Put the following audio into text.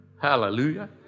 Hallelujah